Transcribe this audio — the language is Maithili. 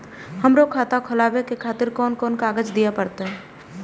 हमरो खाता खोलाबे के खातिर कोन कोन कागज दीये परतें?